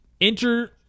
enter